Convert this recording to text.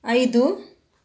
ಐದು